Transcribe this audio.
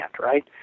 right